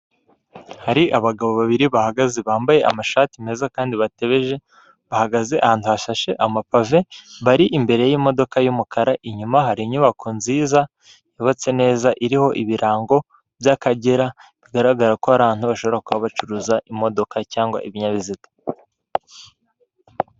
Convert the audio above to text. Hari abagabo babiri bahagaze bambaye amashati meza kandi batebeje, bahagaze ahantu hashashe amapave, bari imbere y'imodoka y'umukara. Inyuma hari inyubako nziza yubatse neza iriho ibirango by'akagera, bigaragara ko ari ahantu bashobora kuba bacuruza imodoka cyangwa ibinyabiziga.